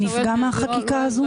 שנפגע מהחקיקה הזאת?